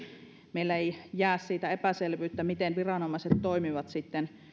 meillä ei jää siitä epäselvyyttä miten viranomaiset sitten toimivat